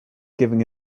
giving